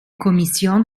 kommission